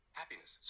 Happiness